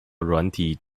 软体